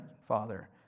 father